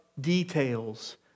details